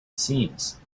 seams